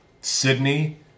Sydney